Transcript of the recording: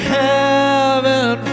heaven